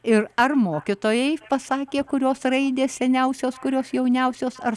ir ar mokytojai pasakė kurios raidės seniausios kurios jauniausios ar